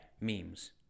Memes